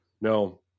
no